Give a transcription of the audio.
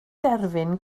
derfyn